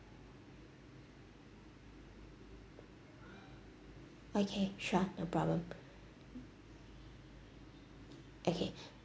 okay sure no problem okay